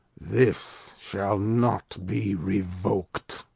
this shall not be revok'd.